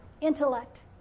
intellect